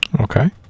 Okay